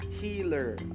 healer